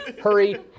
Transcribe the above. Hurry